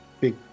big